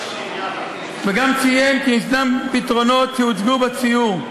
וגם צוין כי יש בפתרונות שהוצגו בסיור,